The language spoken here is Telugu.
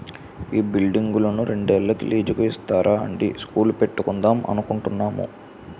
ఈ బిల్డింగును రెండేళ్ళకి లీజుకు ఇస్తారా అండీ స్కూలు పెట్టుకుందాం అనుకుంటున్నాము